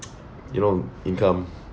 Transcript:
you know income